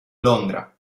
londra